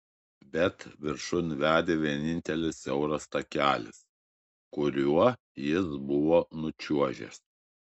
bet viršun vedė vienintelis siauras takelis kuriuo jis buvo nučiuožęs